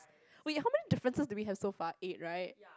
wait how many differences do we have so far eight right